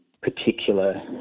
particular